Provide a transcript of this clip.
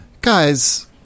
guys